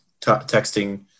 texting